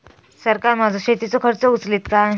सरकार माझो शेतीचो खर्च उचलीत काय?